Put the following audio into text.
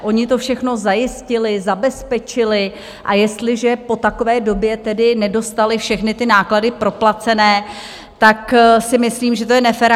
Ony to všechno zajistily, zabezpečily, a jestliže po takové době nedostaly všechny ty náklady proplacené, tak si myslím, že to je nefér.